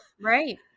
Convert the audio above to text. Right